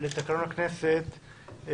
לתקנון הכנסת,